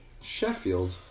Sheffield